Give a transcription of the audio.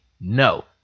no